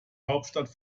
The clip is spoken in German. hauptstadt